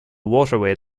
waterway